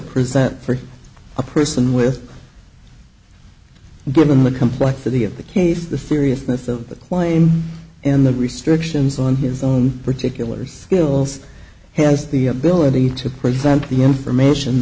present for a person with given the complexity of the case the seriousness of the claim and the restrictions on his own particular skills he has the ability to present the information